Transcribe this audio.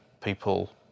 people